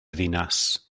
ddinas